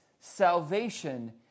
salvation